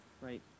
Right